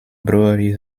brewery